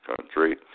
country